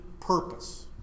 purpose